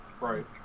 Right